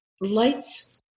lights